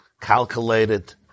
calculated